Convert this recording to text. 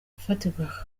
gufatirwa